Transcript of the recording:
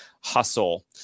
hustle